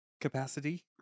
capacity